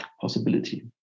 possibility